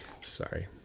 sorry